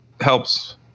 helps